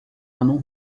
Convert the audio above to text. ano